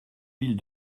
villes